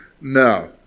No